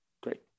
Great